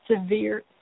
severe